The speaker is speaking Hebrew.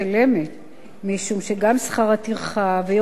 כי גם שכר הטרחה ויוקר הזמן שמשקיעה